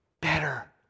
better